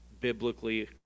biblically